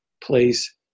place